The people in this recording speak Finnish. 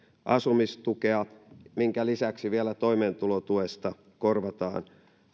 asumistukea minkä lisäksi vielä toimeentulotuesta korvataan